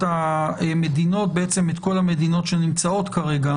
המדינות בעצם את כל המדינות שנמצאות כרגע